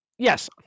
yes